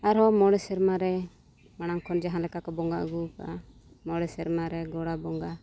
ᱟᱨ ᱦᱚᱸ ᱢᱚᱬᱮ ᱥᱮᱨᱢᱟ ᱨᱮ ᱢᱟᱲᱟᱝ ᱠᱷᱚᱱ ᱡᱟᱦᱟᱸ ᱞᱮᱠᱟ ᱠᱚ ᱵᱚᱸᱜᱟ ᱟᱹᱜᱩ ᱠᱟᱜᱼᱟ ᱢᱚᱬᱮ ᱥᱮᱨᱢᱟ ᱨᱮ ᱜᱚᱲᱟ ᱵᱚᱸᱜᱟ